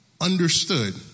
understood